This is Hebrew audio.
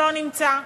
שלא נמצא,